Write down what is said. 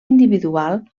individual